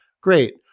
great